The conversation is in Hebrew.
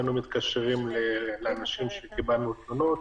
כלומר היינו מתקשרים לאנשים שקיבלנו לגביהם תלונות,